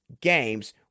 games